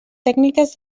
tècniques